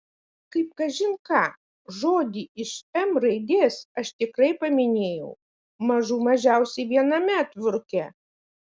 kaip kažin ką žodį iš m raidės aš tikrai paminėjau mažų mažiausiai viename atviruke